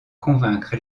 convaincre